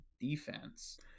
defense